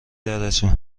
درجه